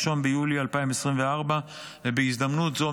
1 ביולי 2024. ובהזדמנות זו,